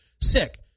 sick